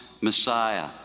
Messiah